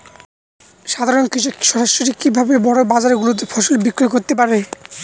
সাধারন কৃষক সরাসরি কি ভাবে বড় বাজার গুলিতে ফসল বিক্রয় করতে পারে?